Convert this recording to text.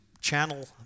channel